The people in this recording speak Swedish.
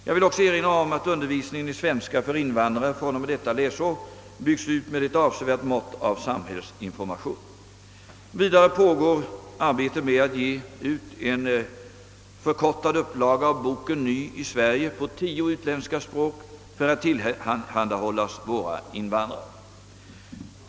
Jag vill också erinra om att undervisningen i svenska för invandrare fr.o.m. detta läsår byggts ut med ett avsevärt mått av samhällsinformation. Vidare pågår arbetet med att ge ut en förkortad upplaga av boken Ny i Sverige på tio utländska språk för att tillhandahållas våra invandrare.